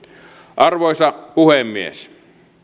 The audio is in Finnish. arvoisa puhemies